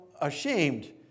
ashamed